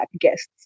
guests